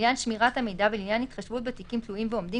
לעניין שמירת המידע ולעניין התחשבות בתיקים תלויים ועומדים